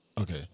Okay